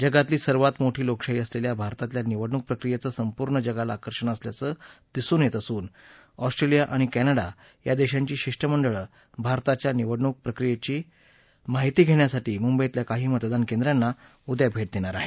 जगातली सर्वात मोठी लोकशाही असलेल्या भारतातल्या निवडणूक प्रक्रियेचं संपूर्ण जगाला आकर्षण असल्याचं दिसून येत असून ऑस्ट्रेलिया आणि क्तिंडा या देशांची शिष्टमंडळं भारताच्या निवडणूक प्रक्रियेची माहिती घेण्यासाठी मुंबईतल्या काही मतदान केंद्रांना उद्या भेट देणार आहेत